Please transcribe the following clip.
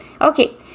okay